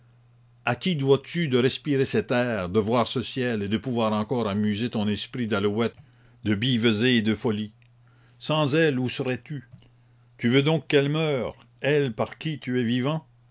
à qui dois-tu de respirer cet air de voir ce ciel et de pouvoir encore amuser ton esprit d'alouette de billevesées et de folies sans elle où serais-tu tu veux donc qu'elle meure elle par qui tu es vivant